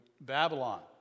Babylon